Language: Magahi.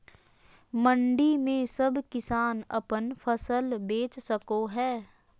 मंडी में सब किसान अपन फसल बेच सको है?